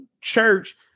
church